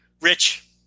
rich